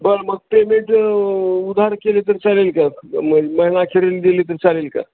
बरं मग पेमेंट उधार केले तर चालेल का महिना अखेरील दिले तर चालेल का